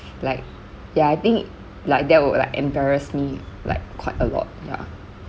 like ya I think like that will like embarrass me like quite a lot ya